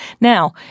Now